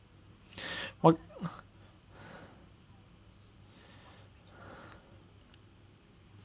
what